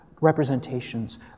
representations